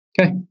Okay